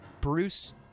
Bruce